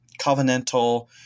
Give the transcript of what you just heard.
Covenantal